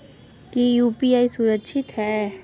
की यू.पी.आई सुरक्षित है?